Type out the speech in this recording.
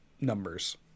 numbers